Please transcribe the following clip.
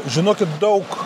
žinokit daug